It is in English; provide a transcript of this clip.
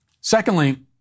Secondly